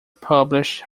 published